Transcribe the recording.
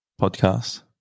podcast